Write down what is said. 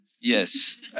Yes